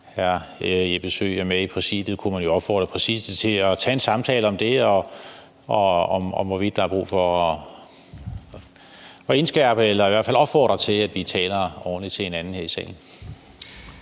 Jeppe Søe er med i Præsidiet, kunne man jo opfordre Præsidiet til at tage en samtale om det, altså i forhold til hvorvidt der er brug for at indskærpe eller i hvert fald opfordre til, at vi taler ordentligt til hinanden her i salen.